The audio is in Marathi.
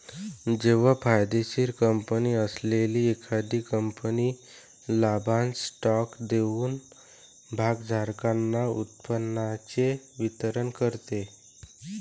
जेव्हा फायदेशीर कंपनी असलेली एखादी कंपनी लाभांश स्टॉक देऊन भागधारकांना उत्पन्नाचे वितरण करते